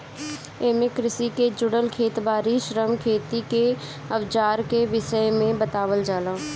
एमे कृषि के जुड़ल खेत बारी, श्रम, खेती के अवजार के विषय में बतावल जाला